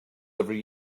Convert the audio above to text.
every